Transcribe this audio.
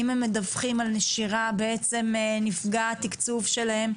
אם הם מדווחים על נשירה בעצם נפגע התקצוב שלהם.